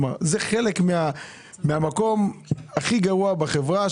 זה חלק מהמקום הכי גרוע בחברה.